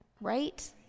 Right